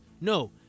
no